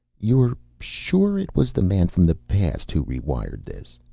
you're sure it was the man from the past who rewired this?